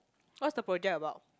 what's the project about